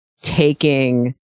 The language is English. taking